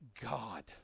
God